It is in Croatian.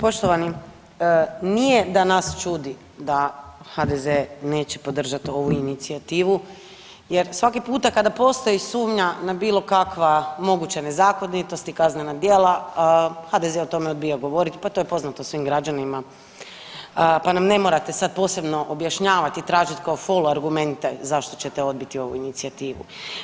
Poštovani nije da nas čudi da HDZ neće podržati ovu inicijativu jer svaki puta kada postoji sumnja na bilo kakve moguće nezakonitosti, kaznena djela HDZ o tome odbija govoriti pa to je poznato svim građanima pa nam ne morate sad posebno objašnjavati i tražiti kao fol argumente zašto ćete odbiti ovu inicijativu.